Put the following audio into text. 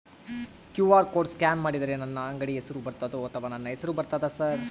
QR code scan ಮಾಡಿದರೆ ನನ್ನ ಅಂಗಡಿ ಹೆಸರು ಬರ್ತದೋ ಅಥವಾ ನನ್ನ ಹೆಸರು ಬರ್ತದ ಸರ್?